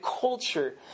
culture